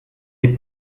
les